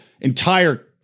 entire